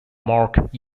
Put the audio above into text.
mark